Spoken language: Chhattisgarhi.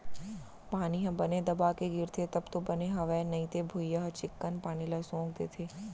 पानी ह बने दबा के गिरथे तब तो बने हवय नइते भुइयॉं ह चिक्कन पानी ल सोख देथे